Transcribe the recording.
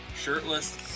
Shirtless